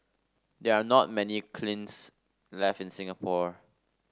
there are not many kilns left in Singapore